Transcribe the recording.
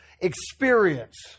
experience